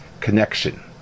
connection